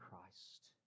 Christ